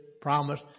promise